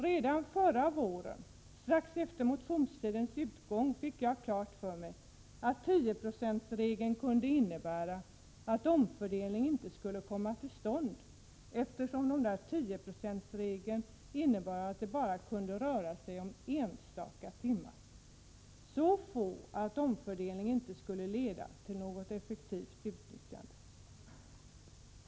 Redan förra våren — strax efter motionstidens utgång — fick jag klart för mig att 10-procentsregeln kunde innebära att omfördelningen inte skulle komma till stånd, eftersom regeln bara skulle komma att beröra enstaka timmar, så få att omfördelningen inte skulle leda till något effektivt utnyttjande.